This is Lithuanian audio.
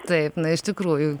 taip na iš tikrųjų